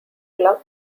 club